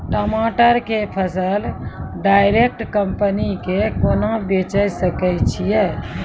टमाटर के फसल डायरेक्ट कंपनी के केना बेचे सकय छियै?